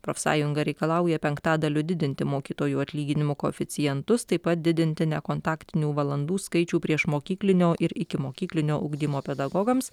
profsąjunga reikalauja penktadaliu didinti mokytojų atlyginimų koeficientus taip pat didinti nekontaktinių valandų skaičių priešmokyklinio ir ikimokyklinio ugdymo pedagogams